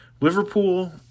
Liverpool